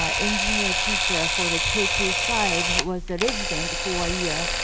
ah engineer teacher for the k to five was the resident for a year.